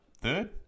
third